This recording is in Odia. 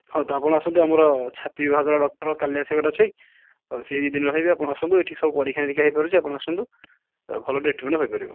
ହଁ ତ ଆପଣ ଆସନ୍ତୁ ଆମର ଛାତି ବିଭାଗ ଡକ୍ଟର କାଲି ଆସିବାର ଅଛି ସେହିଦିନ ରହିବେ ଆପଣ ଆସନ୍ତୁ ଏଇଠି ସବୁ ପରୀକ୍ଷା ନିରୀକ୍ଷା ହେଇପାରୁଛି ଆପଣ ଆସନ୍ତୁ ଭଲ ଟ୍ରିଟମେଣ୍ଟ ହେଇପାରିବ